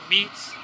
Meats